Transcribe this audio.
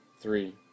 three